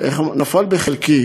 נפל בחלקי